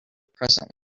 present